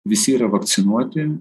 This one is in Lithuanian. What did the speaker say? visi yra vakcinuoti